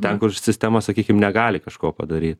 ten kur sistema sakykim negali kažko padaryt